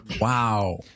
Wow